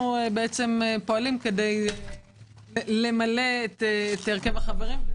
אנו פועלים כדי למלא את הרכב החברים.